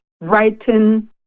writing